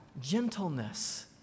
Gentleness